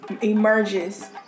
emerges